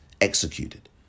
executed